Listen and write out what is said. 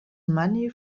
money